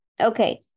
Okay